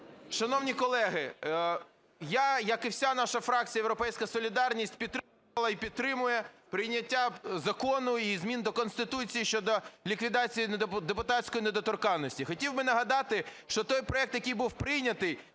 Шановні колеги, я, як і вся наша фракція "Європейська солідарність", підтримувала і підтримує прийняття Закону і змін до Конституції щодо ліквідації депутатської недоторканності. Хотів би нагадати, що той проект, який був прийнятий,